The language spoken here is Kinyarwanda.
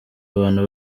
abantu